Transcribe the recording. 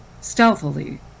Stealthily